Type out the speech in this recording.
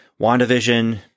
WandaVision